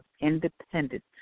independent